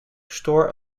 store